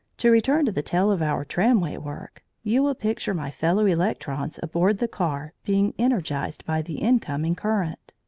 to return to the tale of our tramway work, you will picture my fellow-electrons aboard the car being energised by the incoming current.